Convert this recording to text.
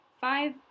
five